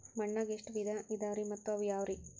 ಮಣ್ಣಾಗ ಎಷ್ಟ ವಿಧ ಇದಾವ್ರಿ ಮತ್ತ ಅವು ಯಾವ್ರೇ?